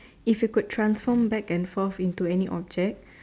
if you could transform back and forth into any object